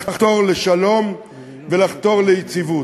לחתור לשלום ולחתור ליציבות.